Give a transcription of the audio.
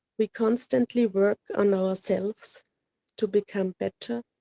we constantly work on ourselves to become better,